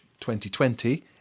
2020